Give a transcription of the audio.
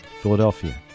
Philadelphia